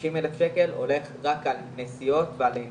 90,000 ש"ח הולך רק על נסיעות ועל לינה,